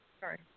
Sorry